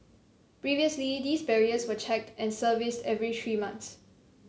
previously these barriers were checked and serviced every three months